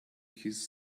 his